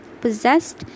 possessed